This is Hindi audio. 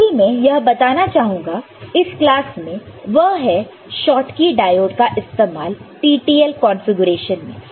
आखरी में यह बताना चाहूंगा इस क्लास में वह है शॉटकी डायोड का इस्तेमाल TTL कंफीग्रेशन में